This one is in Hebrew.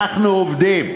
שעליהן אנחנו עובדים.